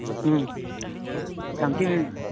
ᱴᱟᱝᱠᱤ